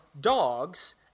Dogs